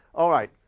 all right,